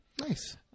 Nice